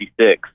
1966